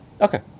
Okay